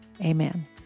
Amen